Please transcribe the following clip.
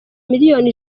miliyoni